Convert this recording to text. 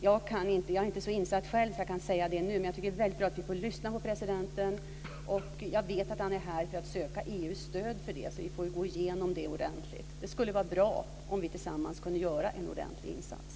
Jag är själv inte så insatt att jag kan säga det nu, men jag tycker att det är väldigt bra att vi får lyssna på presidenten. Jag vet att han är här för att söka EU:s stöd, så vi får gå igenom det ordentligt. Det skulle vara bra om vi tillsammans kunde göra en ordentlig insats.